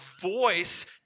voice